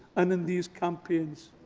and in these campaigns.